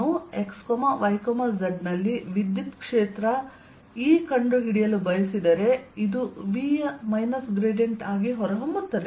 ನಾನು x y z ನಲ್ಲಿ ವಿದ್ಯುತ್ ಕ್ಷೇತ್ರ E ಕಂಡುಹಿಡಿಯಲು ಬಯಸಿದರೆ ಇದು V ಯ ಮೈನಸ್ ಗ್ರೇಡಿಯಂಟ್ ಆಗಿ ಹೊರಹೊಮ್ಮುತ್ತದೆ